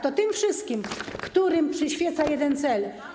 To tym wszystkim, którym przyświeca jeden cel.